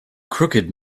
crooked